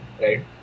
right